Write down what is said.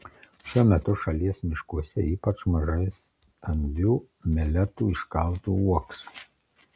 šiuo metu šalies miškuose ypač mažai stambių meletų iškaltų uoksų